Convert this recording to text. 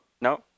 No